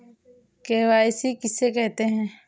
KYC किसे कहते हैं?